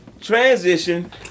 Transition